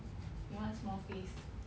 you want small face